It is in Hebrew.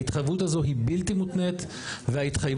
ההתחייבות הזאת היא בלתי מותנית וההתחייבות,